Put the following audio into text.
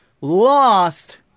lost